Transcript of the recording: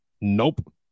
Nope